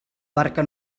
barca